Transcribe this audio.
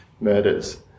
murders